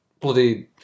bloody